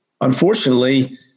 unfortunately